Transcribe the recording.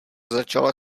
začala